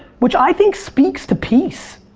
which i think speaks to peace.